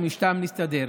ומשם נסתדר.